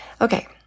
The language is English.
Okay